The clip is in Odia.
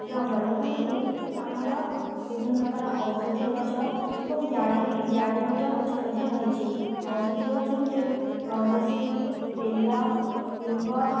ଜଙ୍ଗଲ କହିଲେ ଆମର ବିଭିନ୍ନ ପ୍ରକାର ଔଷଧୀୟ ଗଛ ଏବଂ ଜାଳେଣି ଜାଳେଣି ର ଗଛ ମଧ୍ୟ ରହିଛି ଔଷଧୀୟ ଗଛ ଭିତରୁ ଗଙ୍ଗଶିଉଳି ବେଲ ନିମ୍ବ